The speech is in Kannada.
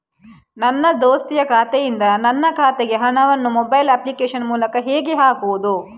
ನನ್ನ ದೋಸ್ತಿಯ ಖಾತೆಯಿಂದ ನನ್ನ ಖಾತೆಗೆ ಹಣವನ್ನು ಮೊಬೈಲ್ ಅಪ್ಲಿಕೇಶನ್ ಮೂಲಕ ಹೇಗೆ ಹಾಕುವುದು?